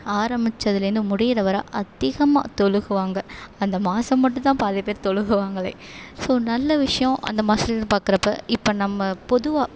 ஆரமிச்சதுலேருந்து முடிகிற வர அதிகமாக தொழுகுவாங்க அந்த மாதம் மட்டும் தான் பாதி பேர் தொழுகுவாங்களே ஸோ நல்ல விஷயம் அந்த மாதத்துலேருந்து பார்க்கறப்ப இப்போ நம்ம பொதுவாக